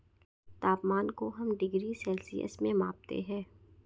तापमान को हम डिग्री सेल्सियस में मापते है